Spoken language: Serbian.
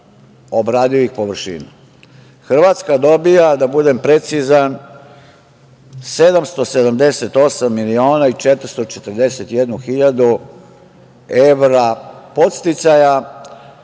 Hrvatska dobija, da budem precizan, 778 miliona 441 hiljadu evra podsticaja